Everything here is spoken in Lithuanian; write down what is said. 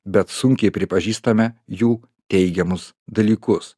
bet sunkiai pripažįstame jų teigiamus dalykus